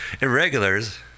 Irregulars